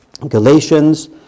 Galatians